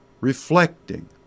reflecting